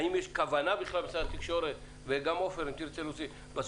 האם יש כוונה בכלל משרד התקשורת וגם עופר,